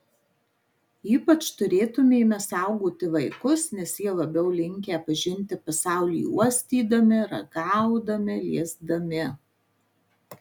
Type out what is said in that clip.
ypač turėtumėme saugoti vaikus nes jie labiau linkę pažinti pasaulį uostydami ragaudami liesdami